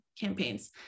campaigns